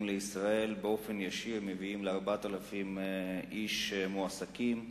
לישראל מביאים ל-4,000 איש שמועסקים